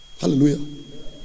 Hallelujah